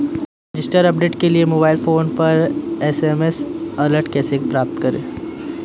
Transaction update के लिए mobile phone पर एस.एम.एस अलर्ट कैसे प्राप्त करें?